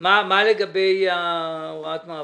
מה לגבי הוראת המעבר?